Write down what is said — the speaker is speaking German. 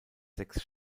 sechs